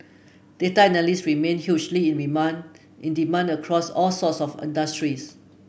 data analyst remain hugely in remand in demand across all sorts of industries